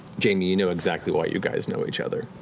jamie, you know exactly why you guys know each other.